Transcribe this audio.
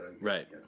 Right